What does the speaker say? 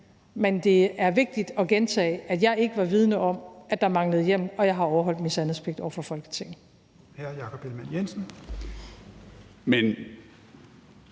Men det er vigtigt at gentage, at jeg ikke var vidende om, at der manglede hjemmel, og at jeg har overholdt min sandhedspligt over for Folketinget.